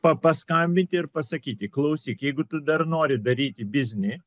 pa paskambinti ir pasakyti klausyk jeigu tu dar nori daryti biznį